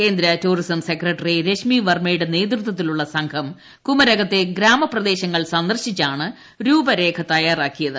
കേന്ദ്ര tourism secretary Rashmi വർമ്മയുടെ നേതൃത്വത്തിലുള്ള സംഘം കുമരകത്തെ ഗ്രാമപ്രദേശങ്ങൾ സന്ദർശിച്ചാണ് രൂപരേഖ തയ്യാറാക്കിയത്